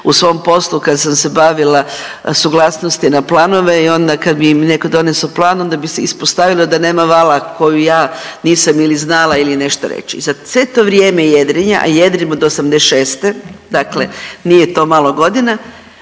U svom poslu kad sam se bavila suglasnosti na planove i onda kad mi je neko doneso plan onda bi se ispostavilo da nema vala koju ja nisam ili znala ili nešto reći. Za sve to vrijeme jedrenja, a jedrim od '86., dakle nije to malo godina